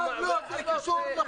אבל מה זה קשור למהותו של החוק?